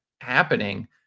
happening